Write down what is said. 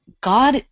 God